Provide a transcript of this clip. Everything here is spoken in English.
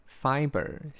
Fiber